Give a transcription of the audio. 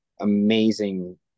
amazing